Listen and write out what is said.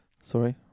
Sorry